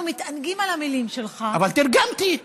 אנחנו מתענגים על המילים שלך, אבל תרגמתי.